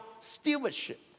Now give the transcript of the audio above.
stewardship